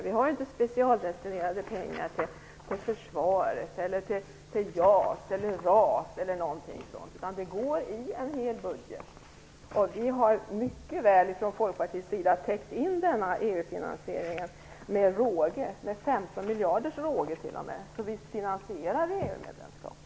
Vi har inte specialdestinerade medel till försvaret, till JAS, till RAS eller till något sådant, utan pengarna till sådant kommer från budgeten i dess helhet. Vi har från Folkpartiets sida med råge täckt EU finansieringen, t.o.m. med 15 miljarders råge. Så visst finansierar vi EU-medlemskapet.